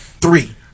three